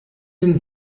den